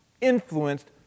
influenced